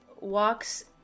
walks